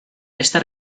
esta